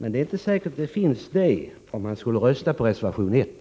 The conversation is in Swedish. Det är inte säkert att dessa finns kvar om man skulle rösta på reservation 1.